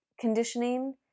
conditioning